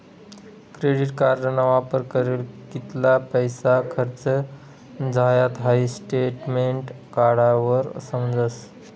credit कार्डना वापर करीन कित्ला पैसा खर्च झायात हाई स्टेटमेंट काढावर समजस